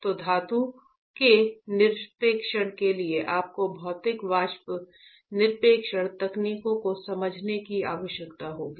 तो धातु के निक्षेपण के लिए आपको भौतिक वाष्प निक्षेपण तकनीकों को समझने की आवश्यकता होगी